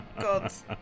gods